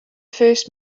first